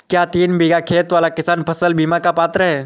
क्या तीन बीघा खेत वाला किसान फसल बीमा का पात्र हैं?